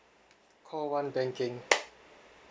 call one banking